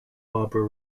barbara